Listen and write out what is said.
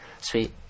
Sweet